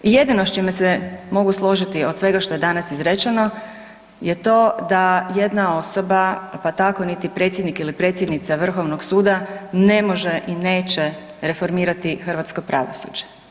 I jedino s čime se mogu složiti od svega što je danas izrečeno je to da jedna osoba, pa tako niti predsjednik ili predsjednica vrhovnog suda ne može i neće reformirati hrvatsko pravosuđe.